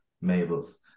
Mabel's